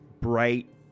bright